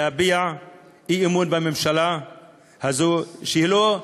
להביע אי-אמון בממשלה הזאת, שהיא לא,